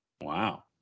Wow